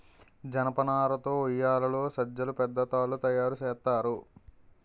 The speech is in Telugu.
జనపనార తో ఉయ్యేలలు సజ్జలు పెద్ద తాళ్లు తయేరు సేత్తారు